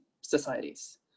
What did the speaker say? societies